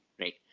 right